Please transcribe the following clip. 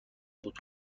بود